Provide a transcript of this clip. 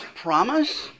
promise